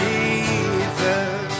Jesus